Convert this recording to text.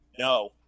No